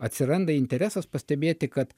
atsiranda interesas pastebėti kad